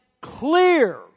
clear